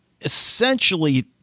essentially